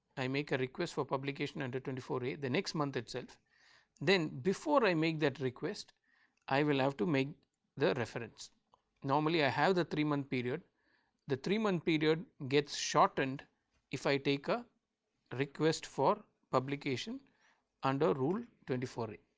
i make a request for publication under twenty four a, the next month itself then before i make that request i will have to make the reference normally i have the three month period the three month period gets shortened if i take a request for publication under rule twenty four a.